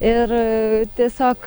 ir tiesiog